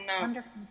Wonderful